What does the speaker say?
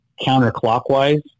counterclockwise